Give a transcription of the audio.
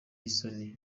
isoni